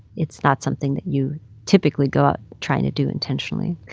it's not something that you typically go out trying to do intentionally.